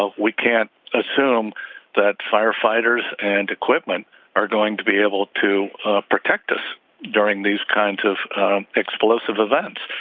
ah we can't assume that firefighters and equipment are going to be able to ah protect us during these kinds of explosive events.